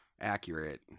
accurate